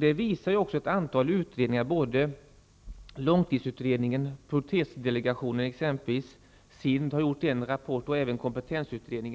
Det visar också ett antal utredningar, t.ex. långtidsutredningen. SIND har lämnat en rapport, och det har även kompetensutredningen.